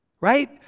right